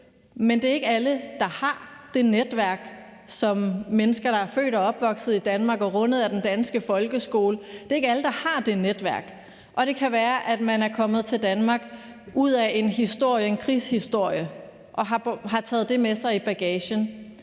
Men det er ikke alle, der har det netværk, som mennesker, der er født og opvokset i Danmark og rundet af den danske folkeskole, har; det er ikke alle, der har det netværk. Og det kan være, at man er kommet til Danmark ud af en krigshistorie og har taget det med sig i bagagen.